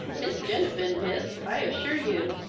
tis genevin, miss, i assure you.